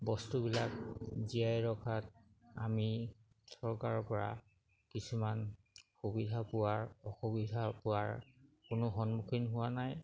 বস্তুবিলাক জীয়াই ৰখাত আমি চৰকাৰৰ পৰা কিছুমান সুবিধা পোৱাৰ অসুবিধা পোৱাৰ কোনো সন্মুখীন হোৱা নাই